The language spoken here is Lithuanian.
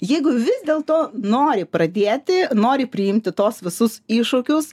jeigu vis dėlto nori pradėti nori priimti tuos visus iššūkius